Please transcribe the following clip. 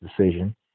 decision